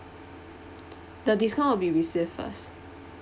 the discount will be received first